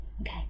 Okay